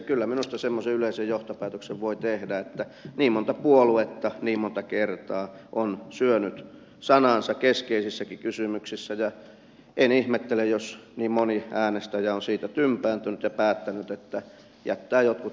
kyllä minusta semmoisen yleisen johtopäätöksen voi tehdä niin monta puoluetta niin monta kertaa on syönyt sanansa keskeisissäkin kysymyksissä ja en ihmettele jos moni äänestäjä on siitä tympääntynyt ja päättänyt että jättää jotkut vaalit kokonaan väliin